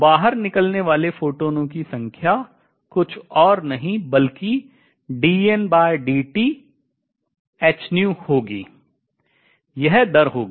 तो बाहर निकलने वाले फोटॉनों की संख्या कुछ और नहीं बल्कि होगी यह दर होगी